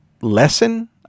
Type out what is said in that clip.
lesson